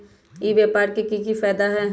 ई व्यापार के की की फायदा है?